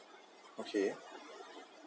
okay